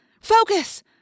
Focus